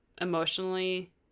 emotionally